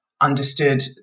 understood